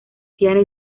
piano